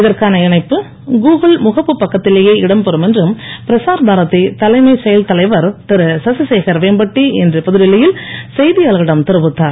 இதற்கான இணைப்பு கூகுள் முகப்புப் பக்கத்திலேயே இடம்பெறும் என்று பிரசார் பாரதி தலைமை செயல் தலைவர் திருச்சிசேகர் வேம்பட்டி இன்று புதுடில்லி யில் செய்தியாளர்களிடம் தெரிவித்தார்